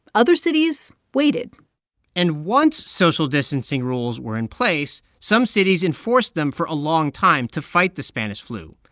other cities waited and once social distancing rules were in place, place, some cities enforced them for a long time to fight the spanish flu.